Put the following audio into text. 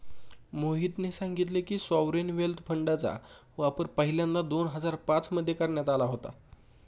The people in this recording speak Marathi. मोहितने सांगितले की, सॉवरेन वेल्थ फंडचा वापर पहिल्यांदा दोन हजार पाच मध्ये करण्यात आला होता